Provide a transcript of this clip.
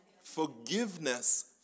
Forgiveness